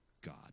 God